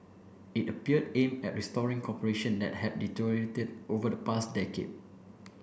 it appeared aimed at restoring cooperation that had deteriorated over the past decade